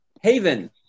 Haven